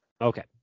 Okay